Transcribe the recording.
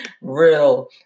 Real